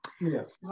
Yes